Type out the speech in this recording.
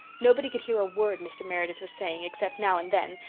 nobody could hear a word mr. meredith was saying, except now and then,